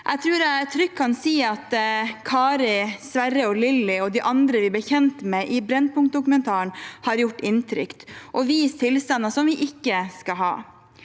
Jeg tror jeg trygt kan si at Kari, Sverre, Lilly og de andre vi ble kjent med i Brennpunkt-dokumentaren, har gjort inntrykk og vist tilstander som vi ikke skal ha.